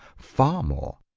far more.